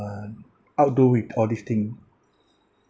outdo with all these thing